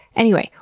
anyway,